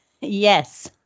Yes